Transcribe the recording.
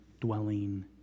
dwelling